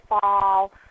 fall